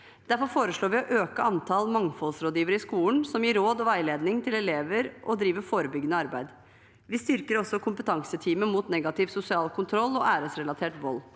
Derfor foreslår vi å øke antall mangfoldsrådgivere i skolen, som gir råd og veiledning til elever og driver forebyggende arbeid. Vi styrker også Kompetanseteamet mot negativ sosial kontroll og æresrelatert vold.